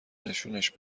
نشونش